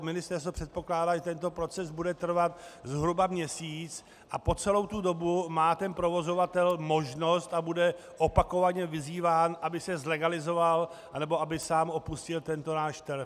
Ministerstvo předpokládá, že tento proces bude trvat zhruba měsíc a po celou tu dobu má provozovatel možnost, a bude opakovaně vyzýván, aby se zlegalizoval nebo aby sám opustil tento náš trh.